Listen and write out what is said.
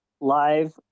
live